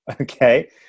Okay